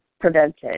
prevented